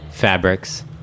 fabrics